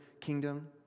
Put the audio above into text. kingdom